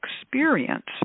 experience